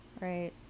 right